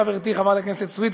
חברתי חברת הכנסת סויד,